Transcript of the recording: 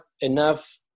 enough